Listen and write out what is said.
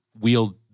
wield